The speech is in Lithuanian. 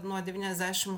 nuo devyniasdešim